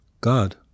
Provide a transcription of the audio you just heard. God